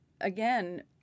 Again